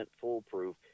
foolproof